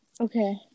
Okay